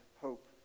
hope